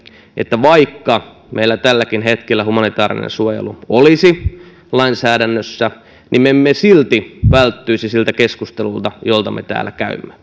että vaikka meillä tälläkin hetkellä humanitaarinen suojelu olisi lainsäädännössä me emme silti välttyisi siltä keskustelulta jota me täällä käymme